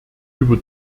über